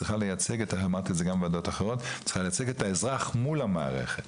צריכים לייצג את האזרח מול המערכת.